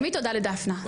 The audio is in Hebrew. תמיד תודה לדפנה.